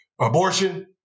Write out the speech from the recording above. abortion